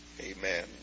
Amen